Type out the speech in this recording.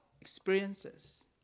experiences